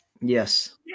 Yes